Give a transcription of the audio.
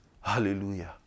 Hallelujah